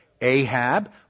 Ahab